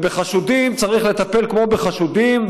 ובחשודים צריך לטפל כמו בחשודים,